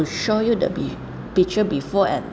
show you the picture before and